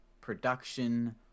production